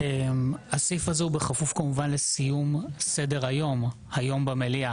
הסעיף הזה הוא בכפוף כמובן לסיום סדר-היום במליאה,